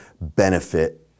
benefit